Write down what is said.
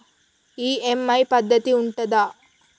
EMI పద్ధతి ఉంటదా?